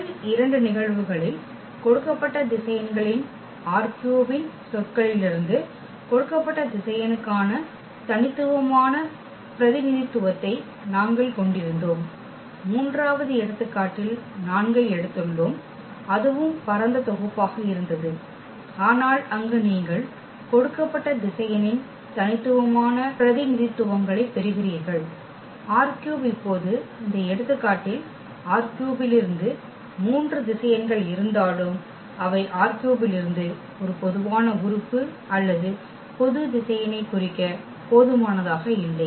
முதல் இரண்டு நிகழ்வுகளில் கொடுக்கப்பட்ட திசையன்களின் ℝ3 இன் சொற்களிலிருந்து கொடுக்கப்பட்ட திசையனுக்கான தனித்துவமான பிரதிநிதித்துவத்தை நாங்கள் கொண்டிருந்தோம் மூன்றாவது எடுத்துக்காட்டில் 4 ஐ எடுத்துள்ளோம் அதுவும் பரந்த தொகுப்பாக இருந்தது ஆனால் அங்கு நீங்கள் கொடுக்கப்பட்ட திசையனின் தனித்துவமான பிரதிநிதித்துவங்களை பெறுகிறீர்கள் ℝ3 இப்போது இந்த எடுத்துக்காட்டில் ℝ3 இலிருந்து மூன்று திசையன்கள் இருந்தாலும் அவை ℝ3 இலிருந்து ஒரு பொதுவான உறுப்பு அல்லது பொது திசையனைக் குறிக்க போதுமானதாக இல்லை